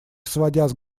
сводя